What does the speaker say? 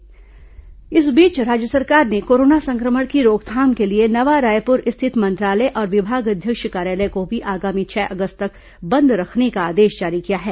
मंत्रालय विभागाध्यक्ष कार्यालय इस बीच राज्य सरकार ने कोरोना संक्रमण की रोकथाम के लिए नवा रायपुर स्थित मंत्रालय और विभागाध्यक्ष कार्यालय को भी आगामी छह अगस्त तक बंद रखने का आदेश जारी किया है